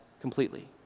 completely